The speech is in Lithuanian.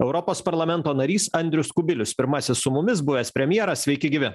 europos parlamento narys andrius kubilius pirmasis su mumis buvęs premjeras sveiki gyvi